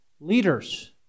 leaders